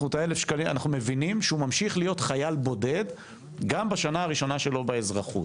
אנחנו מבינים שהוא ממשיך להיות חייל בודד גם בשנה הראשונה שלו באזרחות,